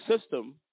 system